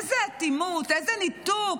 איזה אטימות, איזה ניתוק.